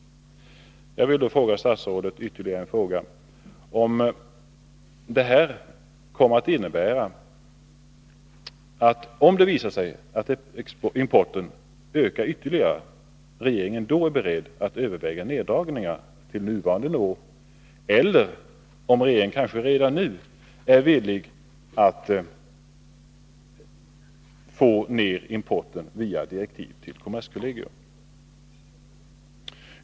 Jag vill då ställa ytterligare en fråga till statsrådet: Om det visar sig att importen ökar ytterligare, är regeringen då beredd att överväga neddragningar till nuvarande nivå, eller är regeringen kanske redan nu villig att nedbringa importen via direktiv till kommerskollegium?